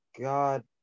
God